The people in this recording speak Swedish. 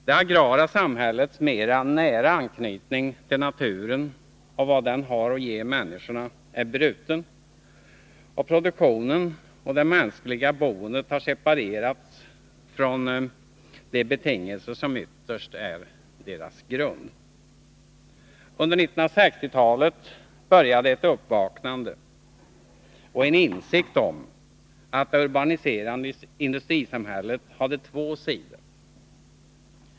Det agrara samhällets mera nära anknytning till naturen och vad denna har att ge människorna är bruten, och produktionen och det mänskliga boendet har separerats från de betingelser som ytterst är deras grund. Under 1960-talet började ett uppvaknande och en insikt om att det urbaniserade industrisamhället hade två sidor.